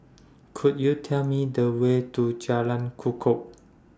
Could YOU Tell Me The Way to Jalan Kukoh